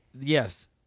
yes